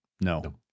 No